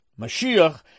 Mashiach